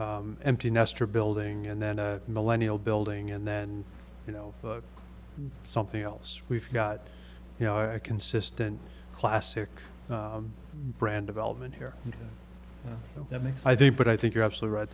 empty nester building and then a millennial building and then you know something else we've got you know a consistent classic brand development here that makes i think but i think you're absolutely right